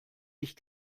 ich